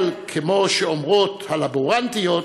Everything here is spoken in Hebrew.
אבל כמו שאומרות הלבורנטיות,